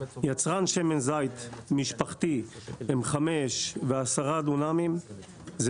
יצרן שמן זית משפחתי עם חמישה ועשרה דונמים זה